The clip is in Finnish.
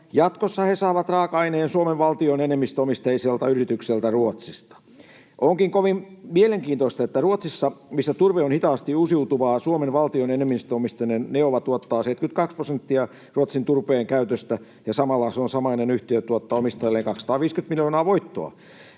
Jatkossa he saavat raaka-aineen Suomen valtion enemmistöomisteiselta yritykseltä Ruotsista. Onkin kovin mielenkiintoista, että Ruotsissa, missä turve on hitaasti uusiutuvaa, Suomen valtion enemmistöomisteinen Neova tuottaa 72 prosenttia Ruotsin turpeenkäytöstä ja samalla samainen yhtiö tuottaa omistajilleen 250 miljoonaa voittoa.